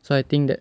so I think that